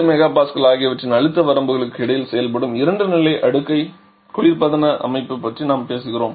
14 MPa ஆகியவற்றின் அழுத்த வரம்புகளுக்கு இடையில் செயல்படும் இரண்டு நிலை அடுக்கை குளிர்பதன அமைப்பு பற்றி நாங்கள் பேசுகிறோம்